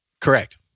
Correct